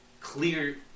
clear